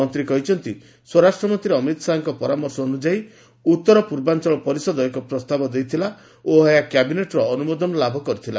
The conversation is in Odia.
ମନ୍ତ୍ରୀ କହିଚ୍ଚନ୍ତି ସ୍ୱରାଷ୍ଟ୍ର ମନ୍ତ୍ରୀ ଅମିତ ଶାହାଙ୍କ ପରାମର୍ଶ ଅନୁଯାୟୀ ଉତ୍ତର ପୂର୍ବାଞ୍ଚଳ ପରିଷଦ ଏକ ପ୍ରସ୍ତାବ ଦେଇଥିଲା ଓ ଏହା କ୍ୟାବିନେଟ୍ର ଅନୁମୋଦନ ଲାଭ କରିଥିଲା